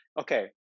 okay